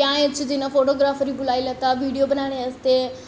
ब्याहें च फोटोग्राफ्र गी बुलाई लैत्ता वीडियो बनाने आस्तै